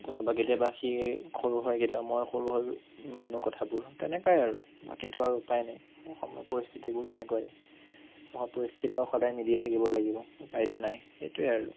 কোনোবা কেতিয়াবা সি সৰু হয় কেতিয়াবা মই সৰু হৈ মানোঁ কথাবোৰ তেনেকুৱাই আৰু বাকীতো আৰু উপায় নাই সময় পৰিস্থিতিবোৰ তেনেকুৱাই সময় পৰিস্থিতিৰ লগত সদায় মিলিয়ে থাকিব লাগিব উপাইতো নাই সেইটোৱে আৰু